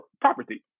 property